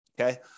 Okay